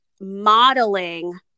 modeling